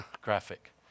Graphic